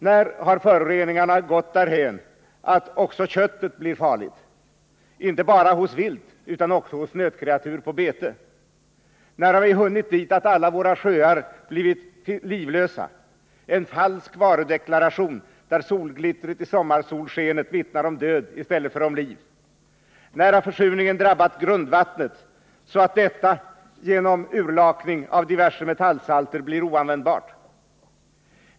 När har föroreningarna gått därhän att också köttet blir farligt, inte bara hos vilt utan också hos nötkreatur på bete? När har vi hunnit dit, att alla våra sjöar blivit livlösa, en falsk varudeklaration, där solglittret i sommarsolskenet vittnar om död i stället för om liv? När har försurningen drabbat grundvattnet, så att detta genom urlakning av diverse metallsalter blir oanvändbart?